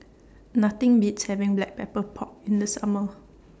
Nothing Beats having Black Pepper Pork in The Summer